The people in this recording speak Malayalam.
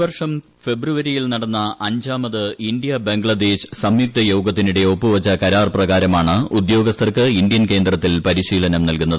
ഈ വർഷം ഫെബ്രുവരിയിൽ നടന്ന അഞ്ചാമത് ഇന്ത്യ ബംഗ്ലാദേശ് സംയുക്ത യോഗത്തിനിടെ ഒപ്പുവച്ച കരാർ പ്രകാരമാണ് ഉദ്യോഗസ്ഥർക്ക് ഇന്ത്യൻ കേന്ദ്രത്തിൽ പരിശീലനം നൽകുന്നത്